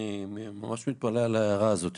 אני ממש מתפלא על ההערה הזאת.